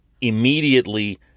immediately